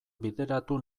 bideratu